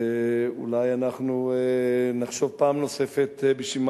אולי אנחנו נחשוב פעם נוספת בשביל מה